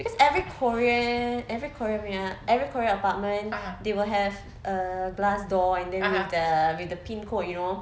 cause every korean every korean punya every korean apartment they will have a glass door and then with the with the pin code you know